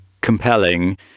compelling